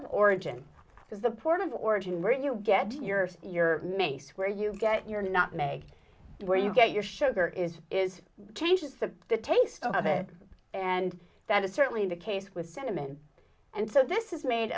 of origin because the port of origin where you get your your mace where you get your not meg where you get your sugar is is changes to the taste of it and that is certainly the case with cinnamon and so this is made